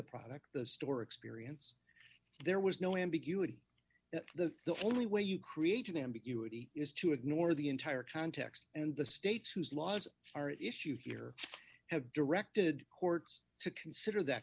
product the store experience there was no ambiguity that the the only way you create an ambiguity is to ignore the entire context and the states whose laws are at issue here have directed courts to consider that